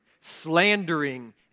slandering